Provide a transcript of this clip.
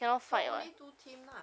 so only two team lah